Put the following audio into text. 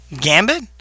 Gambit